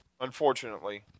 unfortunately